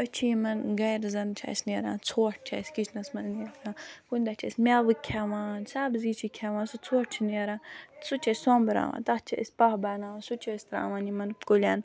أسۍ چھِ یِمن گَرِ زن چھُ اسہِ نیران ژھۄٹھ چھِ اَسہِ کِچنس منٛز نیران کُنہِ دۄہ چھِ أسۍ میوٕ کھیٚوان سَبزی چھِ کھیٚوان سُہ ژھۄٹھ چھِ نیران سُہ چھِ أسۍ سۄمبراوان تَتھ چھِ أسۍ پاہہ بناوان سُتہ چھِ أسۍ تراوان یِمن کُلٮ۪ن